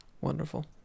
Wonderful